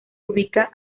ubica